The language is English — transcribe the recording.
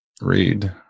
read